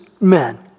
men